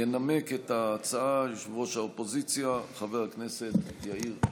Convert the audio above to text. ינמק את ההצעה יושב-ראש האופוזיציה חבר הכנסת יאיר לפיד.